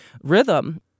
rhythm